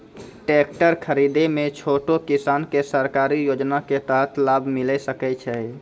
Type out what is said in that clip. Tractor खरीदै मे छोटो किसान के सरकारी योजना के तहत लाभ मिलै सकै छै?